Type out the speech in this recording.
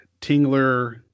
Tingler